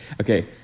okay